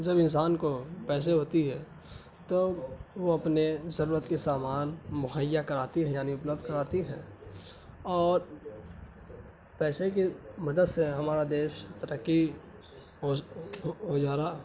جب انسان کو پیسے ہوتی ہے تو وہ اپنے ضرورت کے سامان مہیا کراتی ہے یعنی اپلبدھ کراتی ہے اور پیسے کی مدد سے ہمارا دیش ترقی ہو جا را